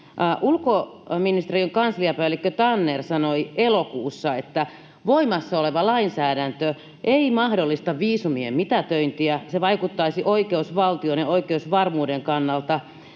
Ulkoministeriön konsulipäällikkö Tanner sanoi elokuussa: ”Voimassa oleva lainsäädäntö ei mahdollista viisumien mitätöintiä. Se vaikuttaisi oikeusvaltion ja oikeusvarmuuden kannalta